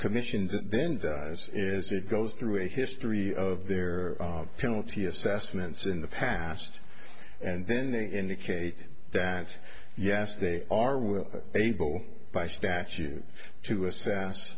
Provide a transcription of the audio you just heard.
commission then does is it goes through a history of their penalty assessments in the past and then they indicate that yes they are will able by statute to assess